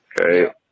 okay